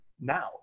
Now